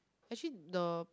actually the